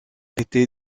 été